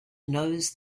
knows